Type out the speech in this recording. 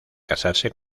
casarse